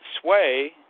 sway